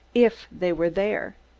if they were there.